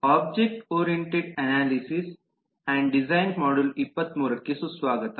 object oriented analysis and design module 23 ಗೆ ಸುಸ್ವಾಗತ